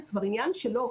זה כבר עניין שלו,